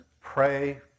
pray